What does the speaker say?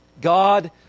God